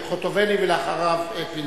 חברת הכנסת חוטובלי, ואחריה, חבר הכנסת פיניאן.